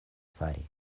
fari